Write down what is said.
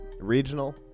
regional